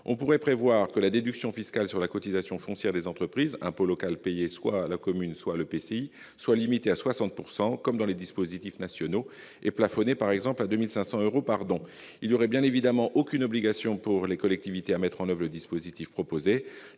On pourrait prévoir que la déduction fiscale sur la cotisation foncière des entreprises, impôt local payé soit à la commune, soit à l'EPCI, soit limitée à 60 %, comme dans les dispositifs nationaux, et plafonnée, par exemple à 2 500 euros par don. Il n'y aurait bien évidemment aucune obligation pour les collectivités à mettre en oeuvre le dispositif proposé.